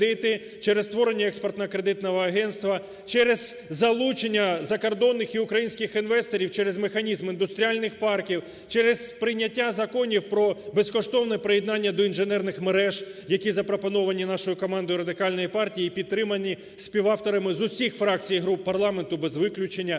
через створення експортно-кредитного агентства, через залучення закордонних і українських інвесторів, через механізм індустріальних парків, через прийняття законів про безкоштовне приєднання до інженерних мереж, які запропоновані нашою командою, Радикальної партії, і підтримані співавторами з усіх фракцій і груп парламенту без виключення.